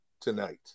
tonight